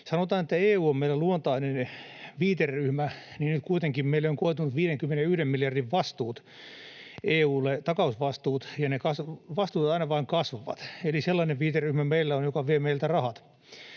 Sanotaan, että EU on meille luontainen viiteryhmä, mutta nyt meille kuitenkin on koitunut 51 miljardin vastuut, takausvastuut EU:lle, ja ne vastuut aina vain kasvavat. Eli sellainen viiteryhmä meillä on, joka vie meiltä rahat.